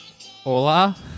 Hola